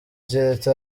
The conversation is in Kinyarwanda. keretse